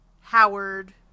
Howard